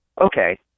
Okay